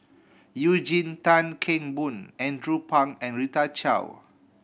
Eugene Tan Kheng Boon Andrew Phang and Rita Chao